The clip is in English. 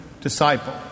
disciple